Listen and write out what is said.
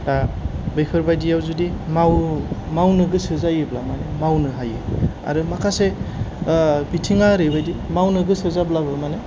दा बेफोरबायदि आव जुदि माव मावनो गोसो जायोब्ला आरो माखासे बिथिङा ओरैबादि मावनो गोसो जाब्लाबो माने